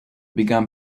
began